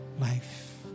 life